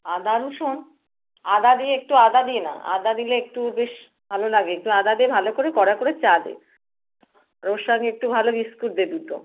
আদা রুসুন আদা দে একটু আদা দে না আদা দিলে একটু বেশ ভালো লাগে একটু আদা দে ভালো করে কড়া করে চা দে আর ওর সঙ্গে একটু ভালো বিস্কুট দে দুটো